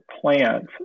plants